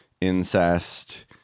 incest